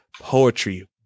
poetry